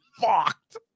fucked